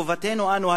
מחובתנו אנו,